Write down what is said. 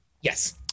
Yes